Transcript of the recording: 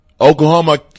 Oklahoma